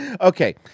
Okay